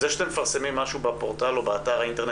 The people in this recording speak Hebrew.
זה שאתם מפרסמים משהו בפורטל או באתר האינטרנט